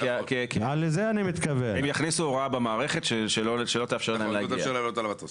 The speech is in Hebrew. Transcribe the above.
הם יכניסו הוראה במערכת שלא תאפשר להם להגיע.